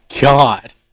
God